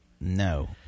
No